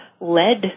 lead